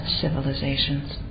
civilizations